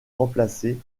remplacés